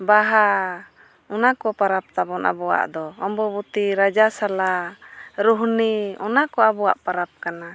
ᱵᱟᱦᱟ ᱚᱱᱟᱠᱚ ᱯᱚᱨᱚᱵᱽ ᱛᱟᱵᱚᱱ ᱟᱵᱚᱣᱟᱜ ᱫᱚ ᱟᱢᱵᱟᱵᱚᱛᱤ ᱨᱟᱡᱟᱥᱟᱞᱟ ᱨᱩᱦᱱᱤ ᱚᱱᱟᱠᱚ ᱟᱵᱚᱣᱟᱜ ᱯᱚᱨᱚᱵᱽ ᱠᱟᱱᱟ